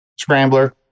Scrambler